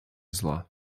зла